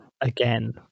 again